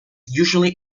usually